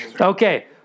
Okay